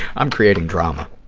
i'm creating drama.